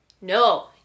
no